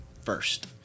first